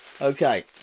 Okay